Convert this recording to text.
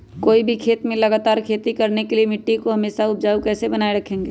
कोई भी खेत में लगातार खेती करने के लिए मिट्टी को हमेसा उपजाऊ कैसे बनाय रखेंगे?